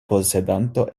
posedanto